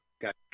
got